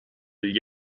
gli